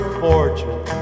fortune